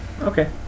Okay